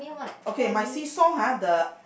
okay my seesaw !huh! the